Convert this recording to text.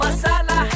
Masala